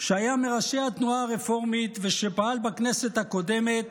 שהיה מראשי התנועה הרפורמית ושפעל בכנסת הקודמת